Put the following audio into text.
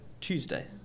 Tuesday